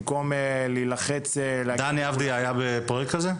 במקום להילחץ --- דני אבדיה היה בפרויקט כזה?